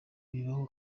bibaho